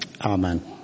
Amen